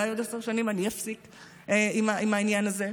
אולי בעוד עשר שנים אני אפסיק עם העניין הזה?